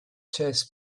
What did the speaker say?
chess